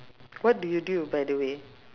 what do you do by the way